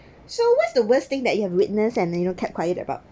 so what's the worst thing that you have witness and you know you kept quiet about